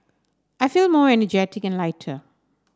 I feel more energetic and lighter